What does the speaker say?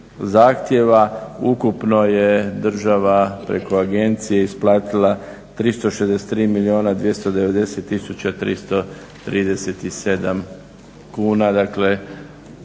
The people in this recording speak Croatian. zahtjeva. Ukupno je država preko agencije isplatila 363 milijuna